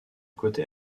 côté